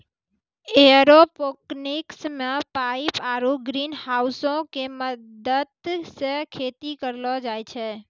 aeroponics मे pipe आरु ग्रीनहाउसो के मदत से खेती करलो जाय छै